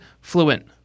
fluent